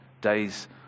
days